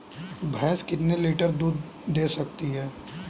भैंस कितने लीटर तक दूध दे सकती है?